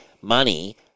money